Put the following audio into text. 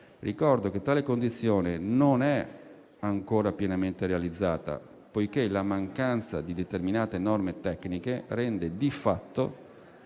Ricordo che tale condizione non è ancora pienamente realizzata, poiché la mancanza di determinate norme tecniche rende, di fatto,